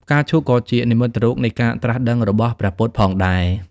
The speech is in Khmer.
ផ្កាឈូកក៏ជានិមិត្តរូបនៃការត្រាស់ដឹងរបស់ព្រះពុទ្ធផងដែរ។